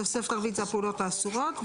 התוספת הרביעית זה הפעולות האסורות,